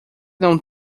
não